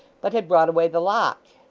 but had brought away the lock.